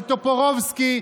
אבל טופורובסקי,